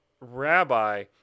rabbi